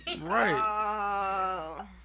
Right